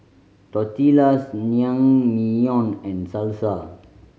Tortillas Naengmyeon and Salsa